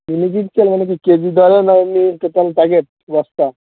মিনিকেট চাল মানে কি কেজি দরে না এমনি টোটাল প্যাকেট বস্তা